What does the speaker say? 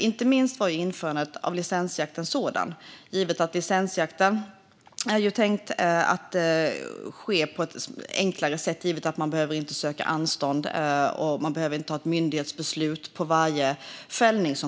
Inte minst var införandet av licensjakt en sådan åtgärd givet att licensjakten är tänkt att ske på ett enklare sätt - man behöver inte söka anstånd, och man behöver inte ha ett myndighetsbeslut för varje fällning.